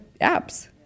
apps